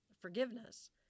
forgiveness